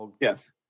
Yes